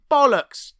Bollocks